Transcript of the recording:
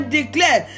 declare